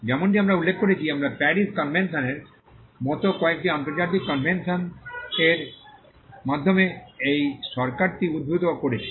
যেমনটি আমরা উল্লেখ করেছি আমরা প্যারিস কনভেনশ এর মতো কয়েকটি আন্তর্জাতিক কনভেনশ এর মাধ্যমে এই সরকারটি উদ্ভূত করেছি